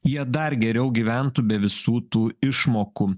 jie dar geriau gyventų be visų tų išmokų